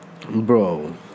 bro